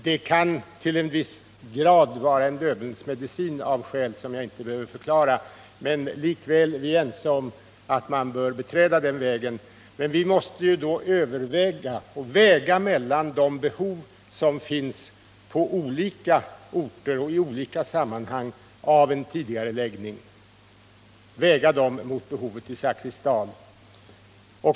Av skäl som jag inte behöver förklara kan det till en viss grad vara en Döbelnsmedicin. Likväl är vi ense om att man bör beträda den vägen. Då måste vi emellertid väga de behov som finns på olika orter och i olika sammanhang av en tidigareläggning mot behovet i Zakrisdal.